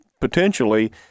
potentially